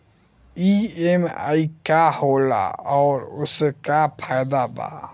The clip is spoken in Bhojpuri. ई.एम.आई का होला और ओसे का फायदा बा?